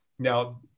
Now